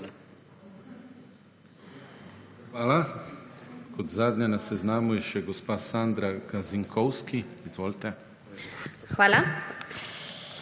Hvala. Kot zadnja na seznamu je še gospa Sandra Gazinkovski. Izvolite.